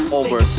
over